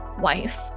wife